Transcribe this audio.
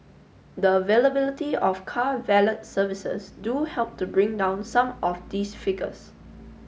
the availability of car valet services do help to bring down some of these figures